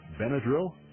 Benadryl